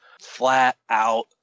flat-out